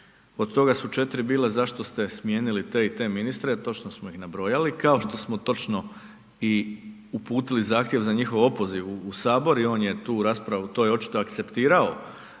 od toga su 4 bila zašto ste smijenili te i te ministre, a točno smo ih nabrojali kao što smo točno i uputili zahtjev za njihov opoziv u Sabor i on je tu raspravu, to je očito akceptirao